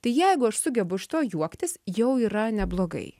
tai jeigu aš sugebu iš to juoktis jau yra neblogai